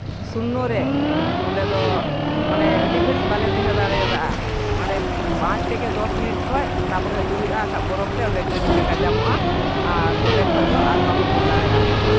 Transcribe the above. ᱥᱩᱱᱱᱚ ᱨᱮ ᱚᱸᱰᱮ ᱫᱚ ᱢᱟᱱᱮ ᱟᱹᱰᱤ ᱜᱷᱟᱹᱲᱤᱡ ᱵᱟᱞᱮ ᱛᱟᱦᱮᱸ ᱫᱟᱲᱮᱭᱟᱫᱟ ᱢᱟᱱᱮ ᱯᱟᱸᱪ ᱛᱷᱮᱠᱮ ᱫᱚᱥ ᱢᱤᱱᱤᱴ ᱠᱷᱚᱡ ᱛᱟᱨᱯᱚᱨᱮ ᱦᱤᱡᱩᱜ ᱦᱩᱭᱩᱜᱼᱟ ᱵᱟᱝᱠᱷᱟᱡ ᱵᱚᱨᱚᱯᱷ ᱛᱮ ᱚᱸᱰᱮ ᱜᱟᱹᱰᱤ ᱪᱟᱠᱟ ᱡᱟᱢᱚᱜᱼᱟ ᱟᱨ ᱚᱸᱰᱮ ᱠᱷᱚᱡ ᱫᱚ ᱟᱨ ᱵᱟᱢ ᱨᱩᱣᱟᱹᱲ ᱫᱟᱲᱮᱜᱼᱟ